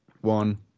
one